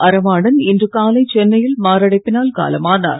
அறவாணன் இன்று காலை சென்னையில் மாரடைப்பினால் காலமானார்